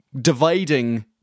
dividing